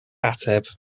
ateb